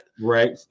Right